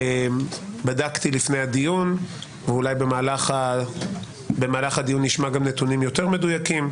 בדקתי לפני הדיון ואולי במהלך הדיון נשמע גם נתונים יותר מדויקים,